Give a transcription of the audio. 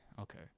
okay